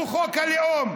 הוא חוק הלאום.